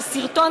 זה סרטון,